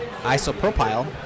isopropyl